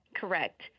Correct